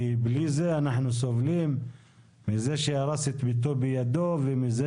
כי בלי זה אנחנו סובלים מזה שהרס את ביתו בידו ומזה